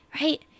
right